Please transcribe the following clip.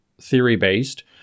theory-based